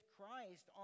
Christ